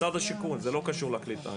משרד השיכון, זה לא קשור לקליטה,